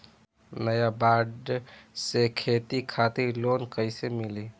नाबार्ड से खेती खातिर लोन कइसे मिली?